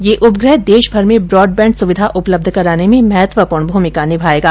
ये उपग्रह देशभर में ब्रॉडबेण्ड सुविधा उपलब्ध कराने में महत्वपूर्ण भूमिका निभायेगा